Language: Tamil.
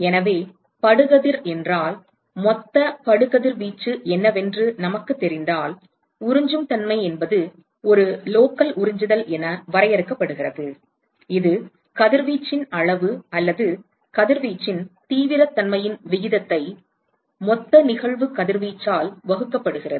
எனவே படு கதிர் என்றால் மொத்த படு கதிர்வீச்சு என்னவென்று நமக்குத் தெரிந்தால் உறிஞ்சும் தன்மை என்பது ஒரு லோக்கல் உறிஞ்சுதல் என வரையறுக்கப்படுகிறது இது கதிர்வீச்சின் அளவு அல்லது கதிர்வீச்சின் தீவிரத்தன்மையின் விகிதத்தை மொத்த நிகழ்வு கதிர்வீச்சால் வகுக்கப்படுகிறது